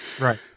right